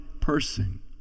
person